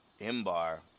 M-Bar